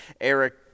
Eric